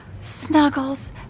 Snuggles